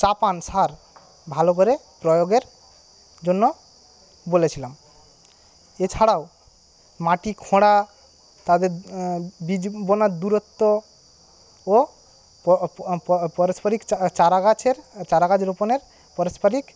চাপান সার ভালো করে প্রয়োগের জন্য বলেছিলাম এছাড়াও মাটি খোঁড়া তাদের বীজ বোনার দূরত্ব ও পারস্পরিক চারা গাছের চারা গাছ রোপণের পারস্পরিক